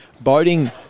boating